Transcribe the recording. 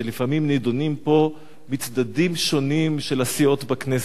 שלפעמים נדונים פה בצדדים שונים של הסיעות בכנסת.